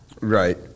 Right